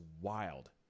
wild